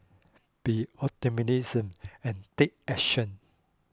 be and take action